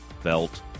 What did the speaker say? felt